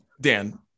Dan